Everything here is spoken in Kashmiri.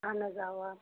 اہن حظ اَواہ